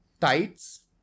tights